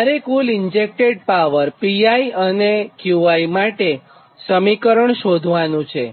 તમારે કુલ injected power Pi અને Qi માટે સમીકરણ શોધવાનું છે